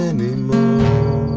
Anymore